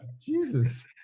Jesus